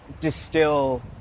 distill